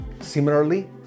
Similarly